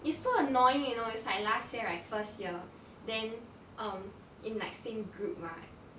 it's so annoying you know it's like last year right I first year then um in like same group right